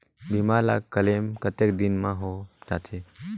बीमा ला क्लेम कतेक दिन मां हों जाथे?